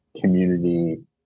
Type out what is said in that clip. community